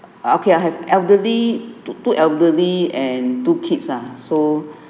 okay I have elderly two two elderly and two kids ah so